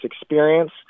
experience